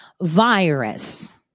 virus